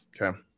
Okay